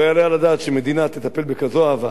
לא יעלה על הדעת שמדינה תטפל בכזאת אהבה